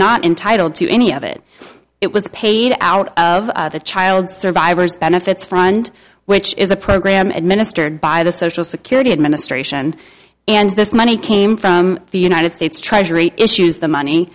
not entitled to any of it it was paid out of the child survivor's benefits front which is a program administered by the social security administration and this money came from the united states treasury issues the money